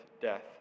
death